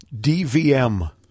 DVM